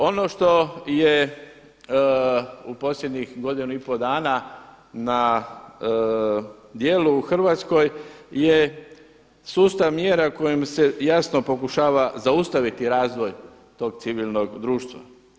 Ono što je u posljednjih godinu i pol dana na djelu u Hrvatskoj je sustav mjera kojim se jasno pokušava zaustaviti razvoj tog civilnog društva.